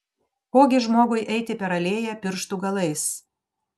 ko gi žmogui eiti per alėją pirštų galais